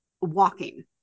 walking